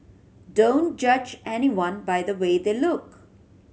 don't judge anyone by the way they look